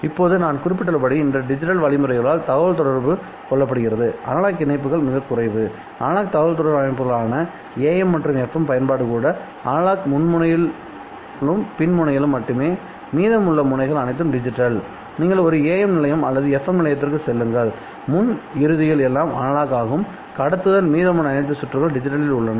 இப்போது நான் குறிப்பிட்டுள்ளபடி இன்று டிஜிட்டல் வழிமுறைகளால் தொடர்பு கொள்ளப்படுகிறது அனலாக் இணைப்புகள் மிகக் குறைவுஅனலாக் தகவல்தொடர்பு அமைப்புகளான AM மற்றும் FM பயன்பாடு கூட அனலாக் முன் முனையிலும் பின் முனையிலும் மட்டுமே மீதமுள்ள முனைகள் அனைத்தும் டிஜிட்டல்நீங்கள் ஒரு AM நிலையம் அல்லது ஒரு FM நிலையத்திற்குச் செல்லுங்கள் முன் இறுதியில் எல்லாம் அனலாக் ஆகும்கடத்துதல் மீதமுள்ள அனைத்து சுற்றுகள் டிஜிட்டலில் உள்ளன